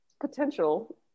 potential